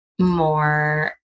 more